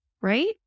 right